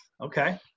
okay